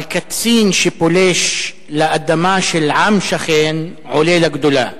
אבל קצין שפולש לאדמה של עם שכן עולה לגדולה.